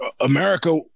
America